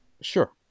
Sure